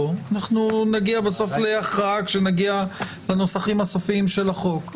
נגיע בסוף להכרעה כשנגיע לנוסחים הסופיים של החוק.